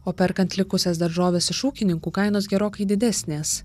o perkant likusias daržoves iš ūkininkų kainos gerokai didesnės